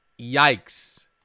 yikes